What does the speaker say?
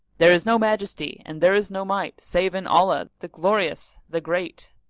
there is no majesty and there is no might, save in allah, the glorious, the great!